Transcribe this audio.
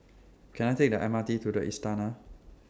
Can I Take The M R T to The Istana